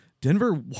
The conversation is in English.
Denver